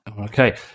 Okay